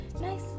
nice